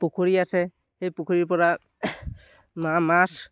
পুখুৰী আছে সেই পুখুৰীৰ পৰা মা মাছ